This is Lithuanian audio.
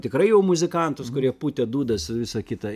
tikrai jau muzikantus kurie pūtė dūdas visa kita